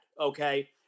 okay